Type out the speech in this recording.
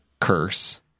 curse –